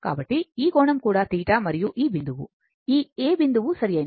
కాబట్టి ఈ కోణం కూడా θ మరియు ఈ బిందువు ఈ A బిందువు సరియైనది